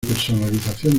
personalización